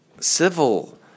civil